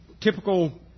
typical